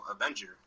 Avenger